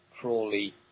Crawley